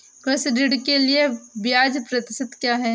कृषि ऋण के लिए ब्याज प्रतिशत क्या है?